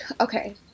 okay